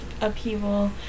upheaval